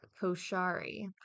koshari